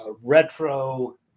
retro